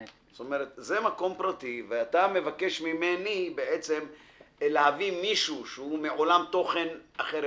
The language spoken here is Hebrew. אתה מבקש ממני בעצם להביא מישהו מעולם תוכן אחר.